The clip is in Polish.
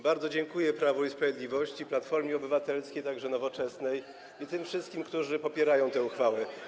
Bardzo dziękuję Prawu i Sprawiedliwości, Platformie Obywatelskiej, a także Nowoczesnej i tym wszystkim, którzy popierają tę uchwałę.